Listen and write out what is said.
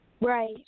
Right